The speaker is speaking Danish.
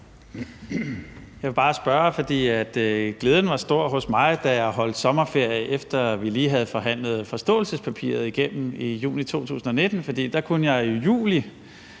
Jeg vil bare spørge om noget. Glæden var stor hos mig, da jeg holdt sommerferie, efter vi lige havde forhandlet forståelsespapiret igennem i juni 2019,